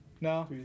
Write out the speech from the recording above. No